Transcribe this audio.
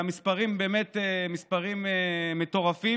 והמספרים הם באמת מספרים מטורפים,